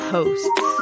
Hosts